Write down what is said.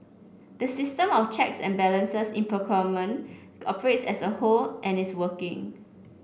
the system of checks and balances in procurement operates as a whole and is working